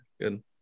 Good